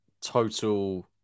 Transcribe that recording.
Total